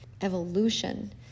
evolution